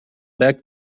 back